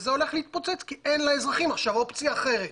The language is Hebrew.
וזה הולך להתפוצץ כי אין לאזרחים עכשיו אופציה אחרת